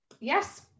Yes